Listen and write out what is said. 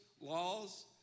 laws